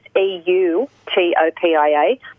E-U-T-O-P-I-A